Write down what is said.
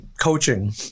Coaching